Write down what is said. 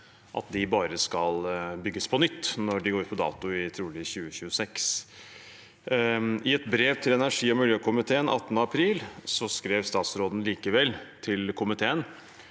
at de bare skal bygges på nytt når de går ut på dato, trolig i 2026. I et brev til energi- og miljøkomiteen 18. april skrev statsråden likevel til komiteen